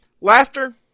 laughter